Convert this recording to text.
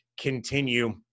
continue